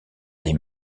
des